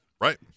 Right